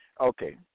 Okay